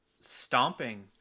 stomping